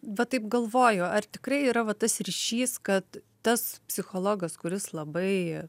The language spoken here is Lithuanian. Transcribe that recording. va taip galvoju ar tikrai yra va tas ryšys kad tas psichologas kuris labai